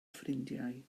ffrindiau